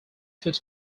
food